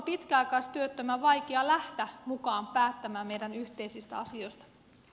pitkäaikaistyöttömän on vaikea lähteä mukaan päättämään meidän yhteisistä asioistamme